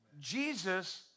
Jesus